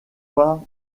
pas